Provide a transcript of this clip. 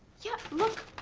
yeah, look.